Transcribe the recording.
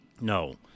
no